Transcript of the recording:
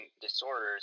disorders